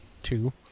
two